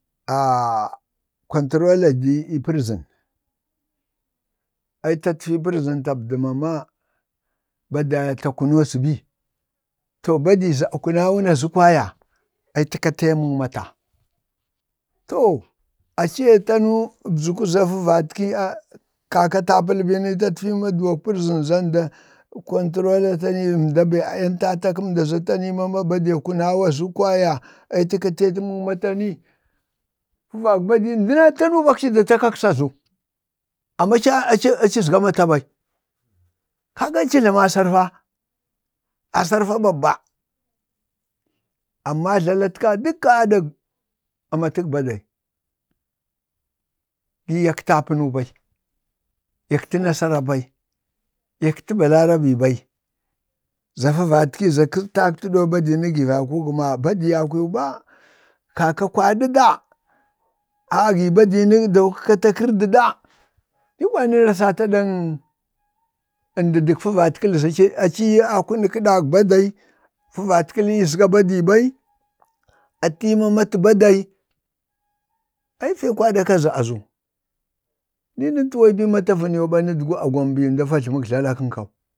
əa kwantda jii ii prizon, aci tan tatfi tabdi mama badiyet akunu aza ɓi? to badii za kunawun azu kwaya, aci tə katee aməŋ mata, to a che tanu abzəku za fəvatki kaka ta pəli ɓi ni aci takfii maduwak prizən za nda ta, kwantrola tanai mda bee a yantatak-kamda. tani mama badi a kunau azu kwaya, aci tə katee aməŋ də takaksa azu amma aci-acizga 'mata’ bai kaga aci tlamo asar fa, asar fa babba, amma jlalatka ka dəkka aɗuk amatək badai, bina ya kətə afuunu bai, ya kəta nasara ɓai, ya kəta balarabii bai za favatki za ka tatkədoo badii ni gi valkuu gna badiya kwiwu ba kaka kwadu daa, a'a gi badini daku kəkata kərdi da? ni kwaya nən rasatə aɗaŋ əndi dək fəvat kali za aci aci akunək kadək badal, fəvatkəli yi azga badi bai atiyi mama atu badai, ai fii kwaɗa kaci azu. nii nən tuwayu ɓani matavən angwu a gwambi nda va jləmək jlalak-kən kau,